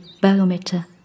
Barometer